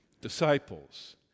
disciples